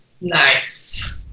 Nice